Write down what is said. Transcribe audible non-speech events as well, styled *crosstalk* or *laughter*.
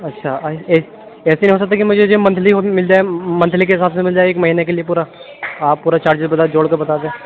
اچھا ایسے نہیں ہو سکتا کہ مجھے جو منتھلی *unintelligible* میں مِل جائے منتھلی کے حساب سے مِل جائے ایک مہینے کے لیے پورا آپ پورا چارجز بتا دو جوڑ کے بتا دو